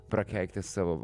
prakeiktą savo